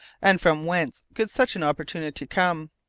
and from whence could such an opportunity come?